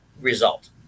result